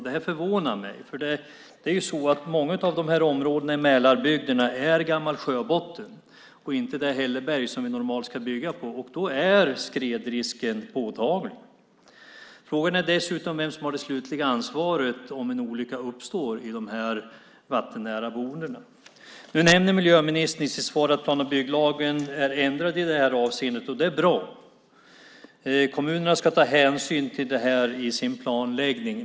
Det förvånar mig, för många av de här områdena i Mälarbygderna är gammal sjöbotten och inte det hälleberg som vi normalt ska bygga på. Då är skredrisken påtaglig. Frågan är dessutom vem som har det slutliga ansvaret om en olycka uppstår i de här vattennära boendena. Nu nämner miljöministern i sitt svar att plan och bygglagen är ändrad i det här avseendet, och det är bra. Kommunerna ska ta hänsyn till det här i sin planläggning.